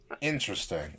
interesting